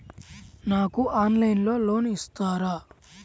నాకు ఆన్లైన్లో లోన్ ఇస్తారా?